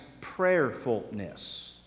prayerfulness